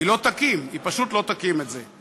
היא פשוט לא תקים את זה.